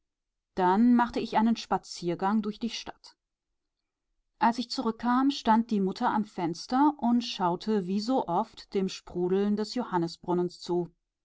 dann machte ich einen spaziergang durch die stadt als ich zurückkam stand die mutter am fenster und schaute wie so oft dem sprudeln des johannisbrunnens zu